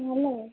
hello